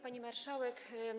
Pani Marszałek!